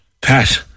Pat